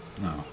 No